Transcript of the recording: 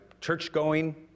church-going